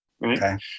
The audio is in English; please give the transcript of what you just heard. right